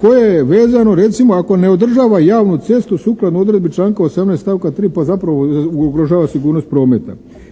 koje je vezano, recimo, ako ne održava javnu cestu sukladno odredbi članka 18. stavka 3. pa zapravo ugrožava sigurnost prometa.